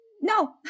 No